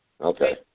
Okay